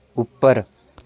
ਉੱਪਰ